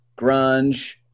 grunge